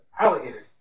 alligators